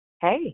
Hey